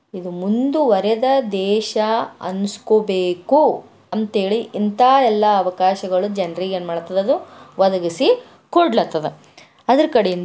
ಇದು ಮುಂದುವರೆದ ದೇಶ ಅನ್ನಿಸ್ಕೋಬೇಕು ಅಂಥೇಳಿ ಇಂಥಾ ಎಲ್ಲ ಅವಕಾಶಗಳು ಜನರಿಗೆ ಏನು ಮಾಡ್ತದ ಅದು ಒದಗಿಸಿ ಕೊಡ್ಲತ್ತದ ಅದರ ಕಡಿಂದು